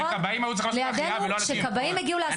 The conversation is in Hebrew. שכבאים הגיעו לעשות החייאה,